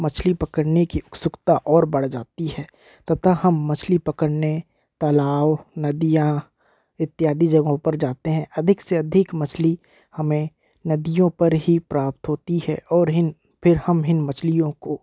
मछली पकड़ने की उत्सुकता और बढ़ जाती है तथा हम मछली पकड़ने तालाव नदियाँ इत्यादि जगहों पर जाते हैं अधिक से अधिक मछली हमें नदियों पर ही प्राप्त होती है और इन फिर हम इन मछलियों को